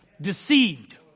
Deceived